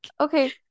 Okay